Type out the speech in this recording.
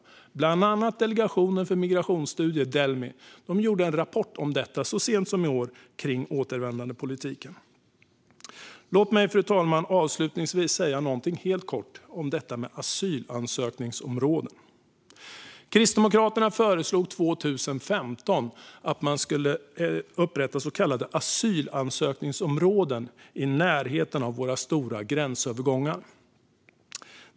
Det gäller bland annat Delegationen för migrationsstudier, Delmi, som så sent som i år har skrivit om detta i en rapport om återvändandepolitiken. Fru talman! Låt mig avslutningsvis säga något helt kort om asylansökningsområden. Kristdemokraterna föreslog 2015 att så kallade asylansökningsområden skulle inrättas i närheten av våra stora gränsövergångar.